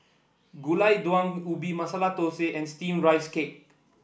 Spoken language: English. Gulai Daun Ubi Masala Thosai and steamed Rice Cake